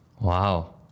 Wow